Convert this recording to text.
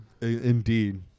Indeed